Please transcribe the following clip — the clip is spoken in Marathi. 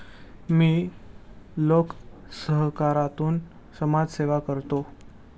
मी लोकसहकारातून समाजसेवा करतो